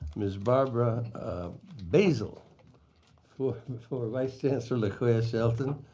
ms. barbara basel for but for vice chancellor lacoya-shelton